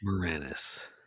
Moranis